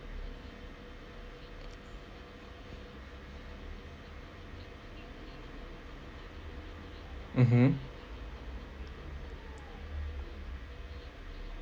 mmhmm